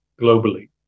globally